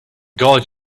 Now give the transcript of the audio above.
god